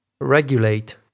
regulate